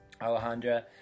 Alejandra